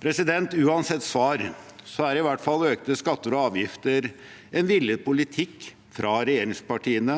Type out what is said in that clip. Ukraina. Uansett svar er i hvert fall økte skatter og avgifter en villet politikk fra regjeringspartiene